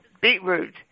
beetroot